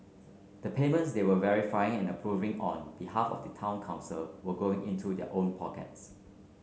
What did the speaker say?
the payments they were verifying and approving on behalf of the town council were going into their own pockets